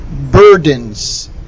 Burdens